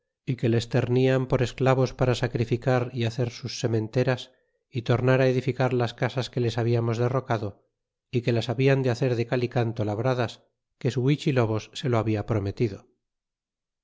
y que les ternian por esclavos para sacrificar y hacer sus sementeras y tornar á edificar las casas que les hablamos derrocado é que las hablan de hacer de cal y canto labradas que su huichilobos se lo habia prometido